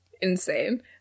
Insane